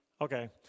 Okay